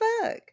fuck